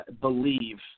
believe